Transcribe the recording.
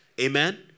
Amen